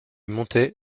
montais